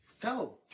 Go